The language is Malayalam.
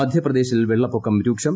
മധ്യപ്രദേശിൽ വെള്ളപ്പൊക്കം രൂക്ഷം